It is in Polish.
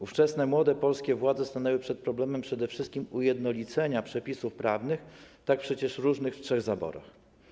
Ówczesne młode polskie władze stanęły przed problemem przede wszystkim ujednolicenia przepisów prawnych, tak przecież różnych w trzech zaborach.